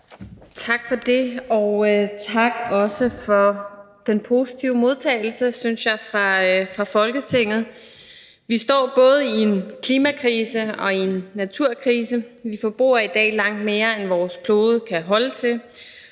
tak for den, synes jeg, positive modtagelse fra Folketinget. Vi står både i en klimakrise og i en naturkrise. Vi forbruger i dag langt mere, end vores klode kan holde til,